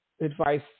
advice